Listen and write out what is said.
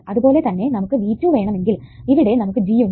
അതുപോലെതന്നെ നമുക്ക് V2 വേണമെങ്കിൽ ഇവിടെ നമുക്ക് G ഉണ്ട്